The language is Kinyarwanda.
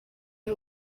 ari